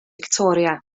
fictoria